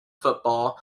football